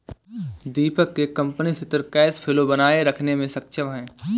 दीपक के कंपनी सिथिर cash flow बनाए रखने मे सक्षम है